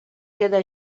queda